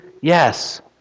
Yes